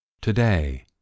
Today